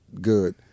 good